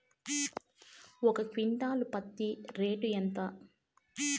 ఒక క్వింటాలు పత్తి రేటు ఎంత?